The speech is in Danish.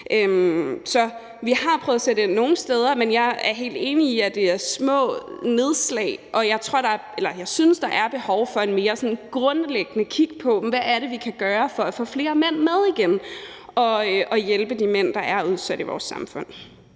vi har prøvet at sætte ind nogle steder, men jeg er helt enig i, at det er små nedslag, og jeg synes, der er behov for mere grundlæggende at kigge på, hvad vi kan gøre for at få flere mænd med og hjælpe de mænd, der er udsatte i vores samfund.